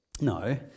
No